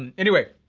and anyway,